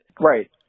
Right